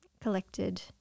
collected